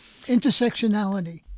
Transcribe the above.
Intersectionality